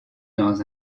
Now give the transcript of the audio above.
dans